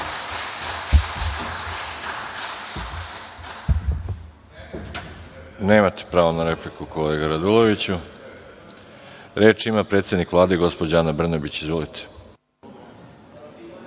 Nemate pravo na repliku kolega Raduloviću. Reč ima predsednik Vlade, gospođa Ana Brnabić. Izvolite.